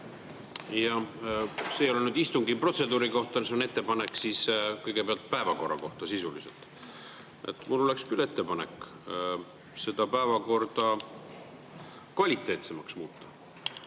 Jah. See ei ole istungi protseduuri kohta, see on sisuline ettepanek kõigepealt päevakorra kohta. Mul oleks küll ettepanek seda päevakorda kvaliteetsemaks muuta.